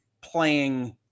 playing